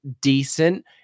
decent